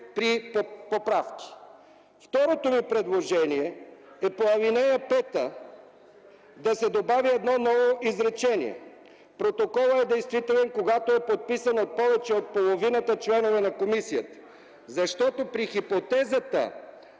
„при поправки”. Второто ми предложение е по ал. 5 – да се добави ново изречение: „Протоколът е действителен, когато е подписан от повече от половината членове на комисията”. При хипотезата